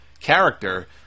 character